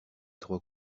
trois